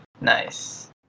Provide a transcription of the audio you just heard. Nice